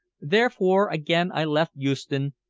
therefore again i left euston,